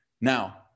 Now